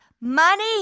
money